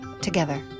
together